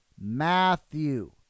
Matthew